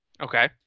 Okay